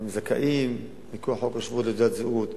הם זכאים מכוח חוק השבות לתעודת זהות.